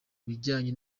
bijyanye